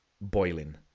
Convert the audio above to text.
boiling